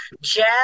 Jazz